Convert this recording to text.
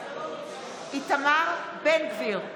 בעד איתמר בן גביר,